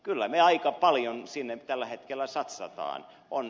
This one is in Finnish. kyllä me aika paljon sinne tällä hetkellä satsaamme